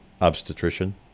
obstetrician